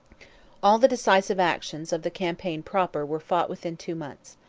all the decisive actions of the campaign proper were fought within two months.